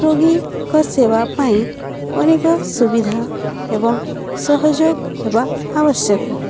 ରୋଗୀଙ୍କ ସେବା ପାଇଁ ଅନେକ ସୁବିଧା ଏବଂ ସହଯୋଗ ହେବା ଆବଶ୍ୟକ